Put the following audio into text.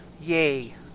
Yay